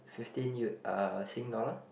fifteen U uh sing dollar